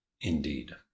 Indeed